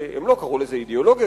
הם לא קראו לזה אידיאולוגיה,